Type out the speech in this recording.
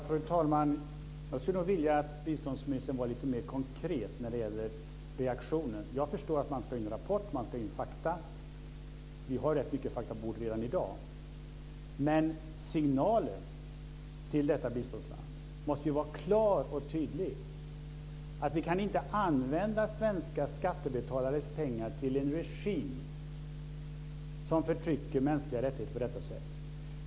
Fru talman! Jag skulle nog vilja att biståndsministern var lite mer konkret när det gäller reaktionen. Jag förstår att man ska in med rapport och med fakta. Vi har rätt mycket fakta på vårt bord redan i dag. Men signalen till detta biståndsland måste vara klar och tydlig: Vi kan inte använda svenska skattebetalares pengar till en regim som förtrycker mänskliga rättigheter på detta sätt.